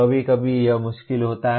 कभी कभी यह मुश्किल होता है